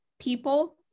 people